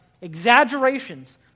exaggerations